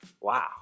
Wow